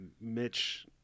Mitch